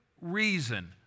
reason